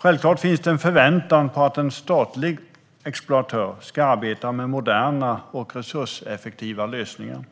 Självklart finns det en förväntan på att en statlig exploatör ska arbeta med moderna och resurseffektiva lösningar